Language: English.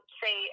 say